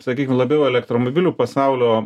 sakykim labiau elektromobilių pasaulio